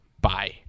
bye